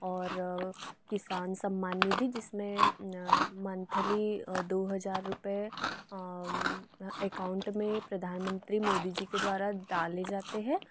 और किसान सम्माननिधि जिसमें मंथली दो हज़ार रुपये एकाउंट में प्रधानमंत्री मोदी जी के द्वारा डाले जाते हैं